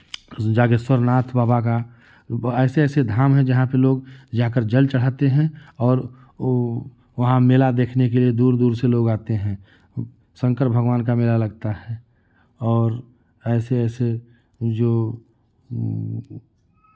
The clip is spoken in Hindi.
जागेश्वर नाथ बाबा का ऐसे ऐसे धाम हैं जहां पे लोग जाकर जल चढ़ाते हैं और वहाँ मेला देखने के लिये दूर दूर से लोग आते हैं शंकर भगवान का मेला लगता है और ऐसे ऐसे जो